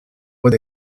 with